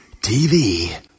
TV